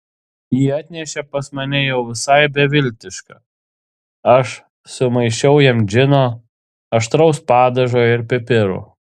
jį atnešė pas mane jau visai beviltišką aš sumaišiau jam džino aštraus padažo ir pipirų